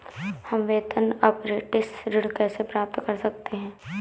हम वेतन अपरेंटिस ऋण कैसे प्राप्त कर सकते हैं?